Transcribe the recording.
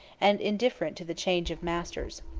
and indifferent to the change of masters.